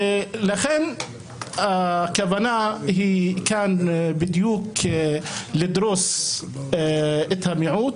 לכן הכוונה היא כאן בדיוק לדרוס את המיעוט,